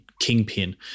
kingpin